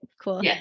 Cool